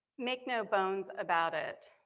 make no bones about it,